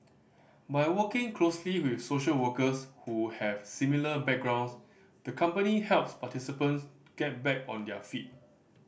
by working closely with social workers who have similar backgrounds the company helps participants get back on their feet